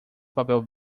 papel